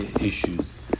issues